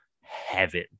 heaven